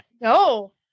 No